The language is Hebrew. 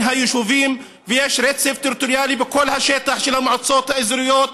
היישובים ויש רצף טריטוריאלי בכל השטח של המועצות האזוריות.